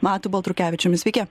matu baltrukevičiumi sveiki